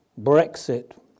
Brexit